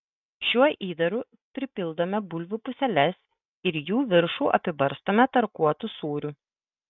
šiuo įdaru pripildome bulvių puseles ir jų viršų apibarstome tarkuotu sūriu